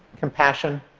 compassion,